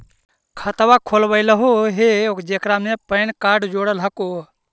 खातवा खोलवैलहो हे जेकरा मे पैन कार्ड जोड़ल हको?